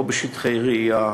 לא בשטחי רעייה,